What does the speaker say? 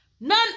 None